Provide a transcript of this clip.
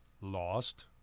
lost